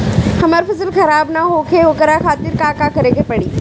हमर फसल खराब न होखे ओकरा खातिर का करे के परी?